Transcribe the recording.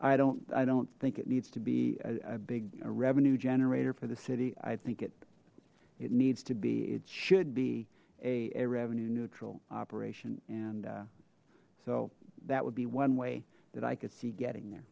i don't i don't think it needs to be a big revenue generator for the city i think it it needs to be it should be a a revenue neutral operation and so that would be one way that i could see getting